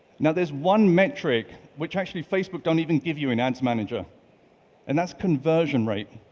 now there's one metric, which actually, facebook don't even give you in ads manager and that's conversion rate.